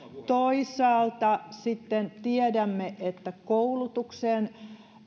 toisaalta sitten tiedämme että koulutukseen